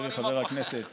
חברי חבר הכנסת.